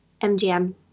MGM